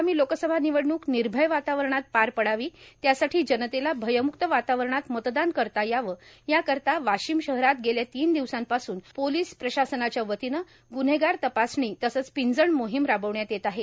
आगामी लोकसभा र्मिनवडण्क र्मिभय वातावरणात पार पडावी त्यासाठी जनतेला भयमुक्त वातावरणात मतदान करता यावं या कर्ारता वर्वाशम शहरात गेल्या तीन र्दिवसापासून पोलोस प्रशासनाच्यावतीन गुन्हेगार तपासणी तसंच र्पिंजण मोहोम राबवण्यात येत आहे